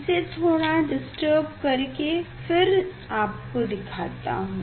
इसे थोड़ा डिस्टर्ब करके फिर आपको दिखाता हूँ